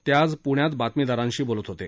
ते आज पुण्यात बातमीदारांशी बोलत होते